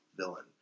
villain